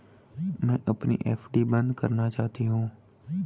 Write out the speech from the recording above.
मैं अपनी एफ.डी बंद करना चाहती हूँ